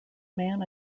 man